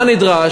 מה נדרש?